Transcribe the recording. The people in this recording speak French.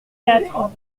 quatre